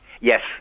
Yes